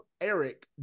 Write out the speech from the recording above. eric